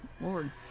Lord